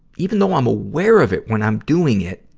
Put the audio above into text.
even though i'm aware of it when i'm doing it,